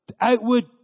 outward